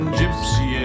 gypsy